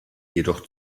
jedoch